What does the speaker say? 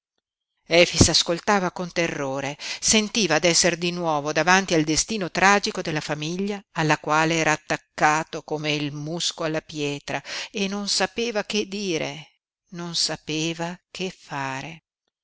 efix efix ascoltava con terrore sentiva d'essere di nuovo davanti al destino tragico della famiglia alla quale era attaccato come il musco alla pietra e non sapeva che dire non sapeva che fare